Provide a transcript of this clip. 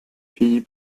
fille